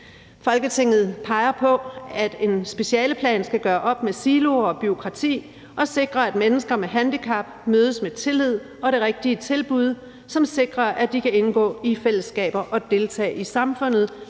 Folketinget peger på, at en specialeplan skal gøre op med siloer og bureaukrati og sikre, at mennesker med handicap mødes med tillid og det rigtige tilbud, som sikrer, at de kan indgå i fællesskaber og deltage i samfundet